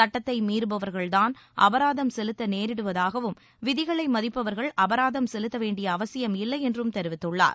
சட்டத்தை மீறுபவர்கள்தான் அபராதம் செலுத்த நேரிடுவதாகவும் விதிகளை மதிப்பவர்கள் அபராதம் செலுத்த வேண்டிய அவசியம் இல்லையென்றும் தெரிவித்துள்ளார்